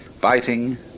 biting